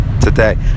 Today